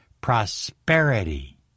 prosperity